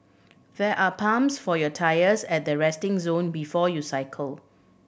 there are pumps for your tyres at the resting zone before you cycle